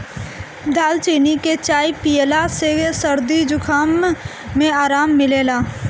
दालचीनी के चाय पियला से सरदी जुखाम में आराम मिलेला